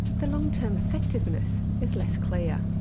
the long term effectiveness is less clear,